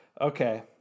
Okay